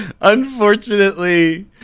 unfortunately